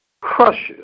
crushes